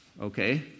okay